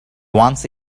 once